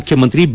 ಮುಖ್ಯಮಂತ್ರಿ ಬಿ